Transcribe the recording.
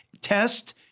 test